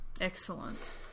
Excellent